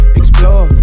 explore